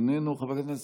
איננו.